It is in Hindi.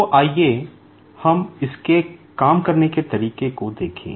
तो आइए हम इसके काम करने के तरीके को देखें